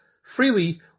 freely